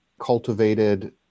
cultivated